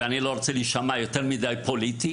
ואני לא רוצה להישמע יותר מדי פוליטי